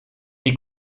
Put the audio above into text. die